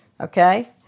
okay